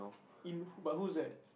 in who but who's that